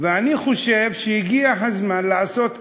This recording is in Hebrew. ואני חושב שאכן, הגיע הזמן לעשות רפורמה,